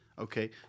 Okay